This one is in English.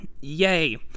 Yay